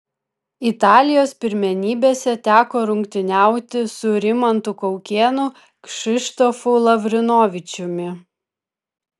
italijos pirmenybėse teko rungtyniauti su rimantu kaukėnu kšištofu lavrinovičiumi